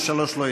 233 לא התקבלה.